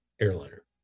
airliner